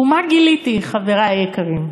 ומה גיליתי, חברי היקרים?